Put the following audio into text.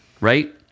right